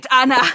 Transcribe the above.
Anna